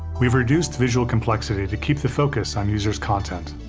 we've reduced visual complexity to keep the focus on users' content.